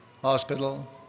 hospital